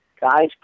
guys